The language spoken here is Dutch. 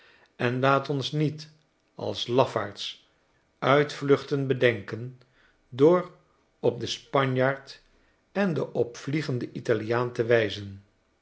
en laat ons niet als lafaards uitvluchten bedenken door op den spanjaard en den opvliegenden italiaan te wijzen